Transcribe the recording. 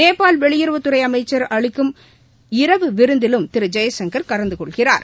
நேபாள் வெளியுறவத்துறை அமைச்சர் அளிக்கம் இரவு விருந்திலும் திரு ஜெய்சங்கள் கலந்து கொள்கிறார்